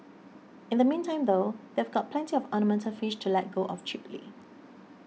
in the meantime though they've got plenty of ornamental fish to let go of cheaply